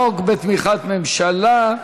החוק בתמיכת ממשלה.